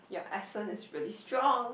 your accent is really strong